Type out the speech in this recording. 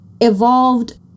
Evolved